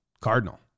Cardinal